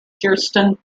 kirsten